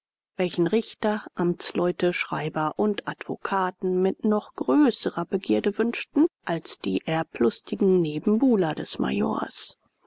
welchen richter amtsleute schreiber und advokaten mit noch größerer begierde wünschten als die erblustigen nebenbuhler des majors